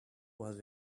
was